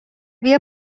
بیا